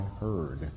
heard